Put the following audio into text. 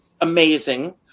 Amazing